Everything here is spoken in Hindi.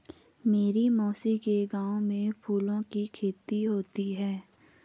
मेरी मौसी के गांव में फूलों की खेती होती है